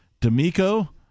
D'Amico